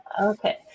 Okay